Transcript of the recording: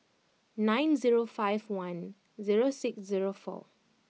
nine zero five one zero six zero four